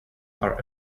are